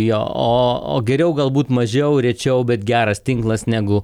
jo o o geriau galbūt mažiau rečiau bet geras tinklas negu